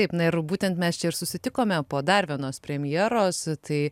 taip na ir būtent mes čia ir susitikome po dar vienos premjeros tai